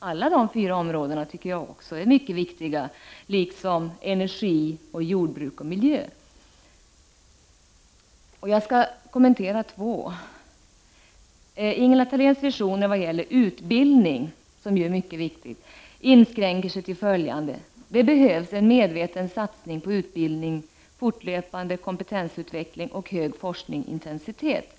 Alla dessa fyra områden är mycket viktiga, liksom energi, jordbruk och miljö. Jag skall kommentera två områden. Ingela Thaléns visioner vad gäller utbildning, som är mycket viktig, inskränker sig till följande: ”Det behövs en medveten satsning på utbildning, fortlöpande kompetensutveckling och hög forskningsintensitet.